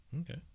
Okay